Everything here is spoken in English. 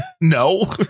No